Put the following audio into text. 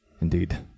indeed